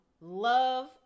Love